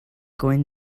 going